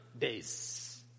days